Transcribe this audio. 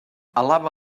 alaba